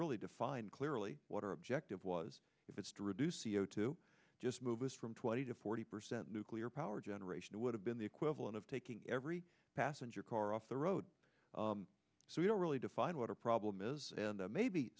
really defined clearly what our objective was if it's to reduce c o two just move us from twenty to forty percent nuclear power generation it would have been the equivalent of taking every passenger car off the road so we don't really define what a problem is and maybe